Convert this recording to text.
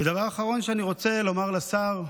והדבר האחרון שאני רוצה לומר לשר,